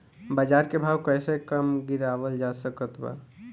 बाज़ार के भाव कैसे कम गीरावल जा सकता?